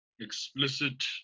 Explicit